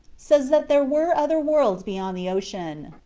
says that there were other worlds beyond the ocean.